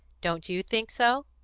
don't you think so?